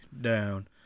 down